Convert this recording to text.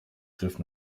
griff